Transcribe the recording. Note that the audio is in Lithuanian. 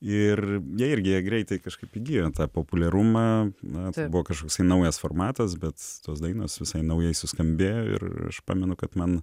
ir jie irgi jie greitai kažkaip įgijo tą populiarumą na tai buvo kažkoks naujas formatas bet tos dainos visai naujai suskambėjo ir aš pamenu kad man